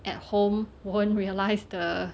at home won't realise the